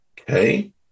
Okay